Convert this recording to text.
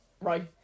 Right